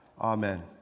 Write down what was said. Amen